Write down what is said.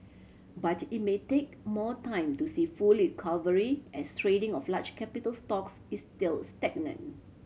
but it may take more time to see full recovery as trading of large capital stocks is still stagnant